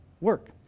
work